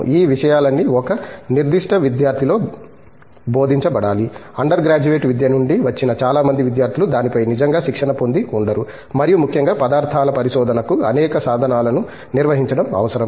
ఈ విషయాలన్నీ ఒక నిర్దిష్ట విద్యార్థిలో బోధించబడాలి అండర్ గ్రాడ్యుయేట్ విద్య నుండి వచ్చిన చాలా మంది విద్యార్థులు దానిపై నిజంగా శిక్షణ పొంది ఉండరు మరియు ముఖ్యంగా పదార్థాల పరిశోధనకు అనేక సాధనాలను నిర్వహించడం అవసరం